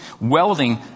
welding